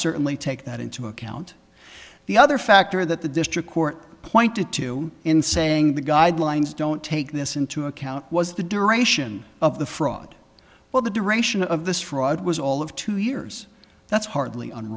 we take that into account the other factor that the district court pointed to in saying the guidelines don't take this into account was the duration of the fraud while the duration of this fraud was all of two years that's hardly